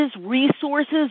resources